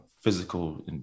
physical